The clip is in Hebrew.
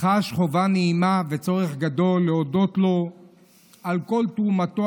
חש חובה נעימה וצורך גדול גם להודות לו על כל תרומתו